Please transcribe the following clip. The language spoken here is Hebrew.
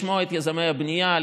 לשמוע את יזמי הבנייה,